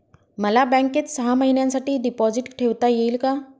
मला बँकेत सहा महिन्यांसाठी डिपॉझिट ठेवता येईल का?